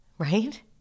right